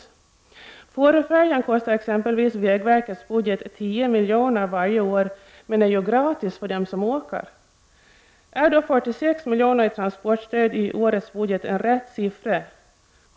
Fåröfärjan kostar exempelvis vägverkets budget 10 milj.kr. varje år. Den är dock gratis för dem som åker. Är 46 milj.kr. i transportstöd i årets budget rätt siffra?